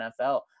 NFL